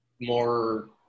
more